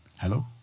Hello